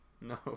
no